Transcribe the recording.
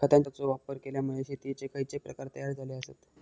खतांचे वापर केल्यामुळे शेतीयेचे खैचे प्रकार तयार झाले आसत?